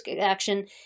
action